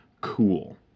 cool